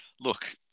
Look